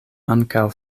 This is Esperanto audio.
ankaŭ